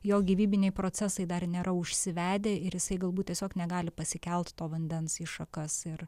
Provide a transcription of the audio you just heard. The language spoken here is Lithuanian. jo gyvybiniai procesai dar nėra užsivedę ir jisai galbūt tiesiog negali pasikelt to vandens į šakas ir